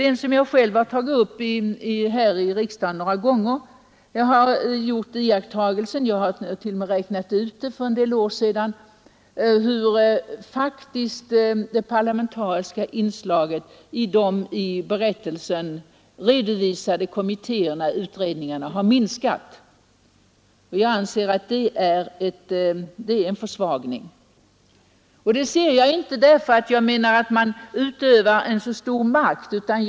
Jag har själv här i riksdagen några gånger tagit upp att jag har gjort iakttagelser — och även beräkningar för en del år sedan av hur det parlamentariska inslaget i de i berättelsen redovisade kommittéerna har minskat. Jag anser att det är en försvagning. Det säger jag inte av den anledningen att jag anser att man utövar så särskilt stort inflytande om man är med i en utredning.